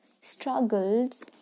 struggles